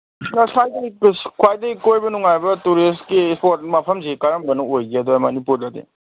ꯈ꯭ꯋꯥꯏꯗꯩ ꯀꯣꯏꯕ ꯅꯨꯡꯉꯥꯏꯕ ꯇꯨꯔꯤꯁꯀꯤ ꯏꯁꯄꯣꯠ ꯃꯐꯝꯁꯦ ꯀꯔꯝꯕꯅ ꯑꯣꯏꯒꯦ ꯑꯗꯨꯋꯥꯏ ꯃꯅꯤꯄꯨꯔꯗꯗꯤ